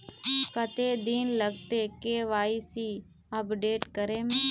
कते दिन लगते के.वाई.सी अपडेट करे में?